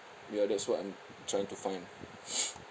ya that's what I'm trying to find